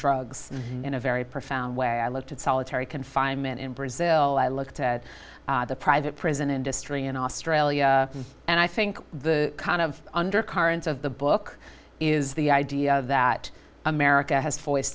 drugs in a very profound way i looked at solitary confinement in brazil i looked at the private prison industry in australia and i think the kind of undercurrents of the book is the idea that america has foi